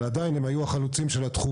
אבל עדיין הם היו החלוצים של התחום